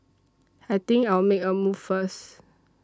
I think I'll make a move first